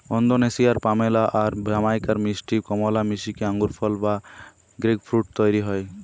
ওন্দোনেশিয়ার pomelo আর জামাইকার মিষ্টি কমলা মিশিকি আঙ্গুরফল বা গ্রেপফ্রূট তইরি হয়